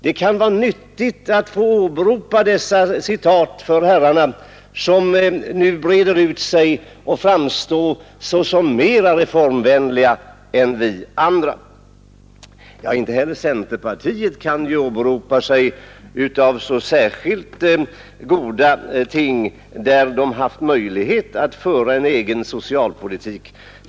— Det kan vara nyttigt att få återge dessa uttalanden för herrarna, som nu vill framstå såsom mer reformvänliga än vi andra. Inte heller centerpartiet kan åberopa sig på särskilt goda insatser i de lägen där det haft möjlighet att föra en egen socialpolitik.